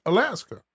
Alaska